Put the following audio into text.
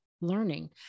learning